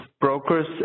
brokers